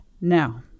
Now